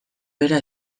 bera